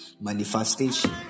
manifestation